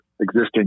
existing